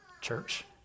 Church